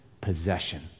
possession